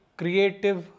creative